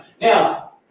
Now